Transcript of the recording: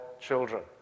children